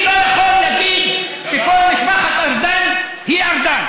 אני לא יכול להגיד שכל משפחת ארדן היא ארדן.